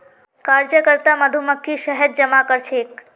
कार्यकर्ता मधुमक्खी शहद जमा करछेक